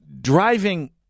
driving